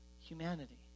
humanity